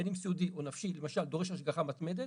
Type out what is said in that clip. בין אם סיעודי או נפשי - למשל דורש השגחה מתמדת,